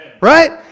Right